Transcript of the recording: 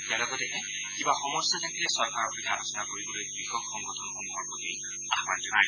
তেওঁ লগতে কিবা সমস্যা থাকিলে চৰকাৰৰ সৈতে আলোচনা কৰিবলৈ কৃষক সংগঠনসমূহৰ প্ৰতি আহান জনায়